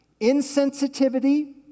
Insensitivity